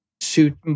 suit